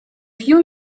few